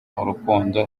urukundo